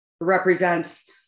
represents